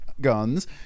guns